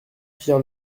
pierre